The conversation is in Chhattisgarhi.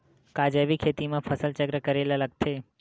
का जैविक खेती म फसल चक्र करे ल लगथे?